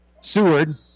Seward